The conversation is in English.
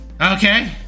Okay